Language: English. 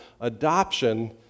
adoption